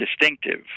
distinctive